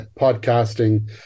podcasting